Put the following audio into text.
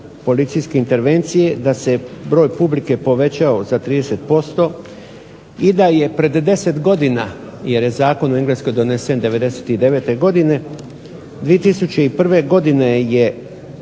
policijske intervencije, da se broj publike povećao za 30% i da je pred 10 godina, jer je zakon u Engleskoj donesen '99. godine. 2001. godine je